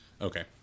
Okay